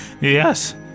yes